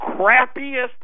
crappiest